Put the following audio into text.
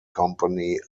company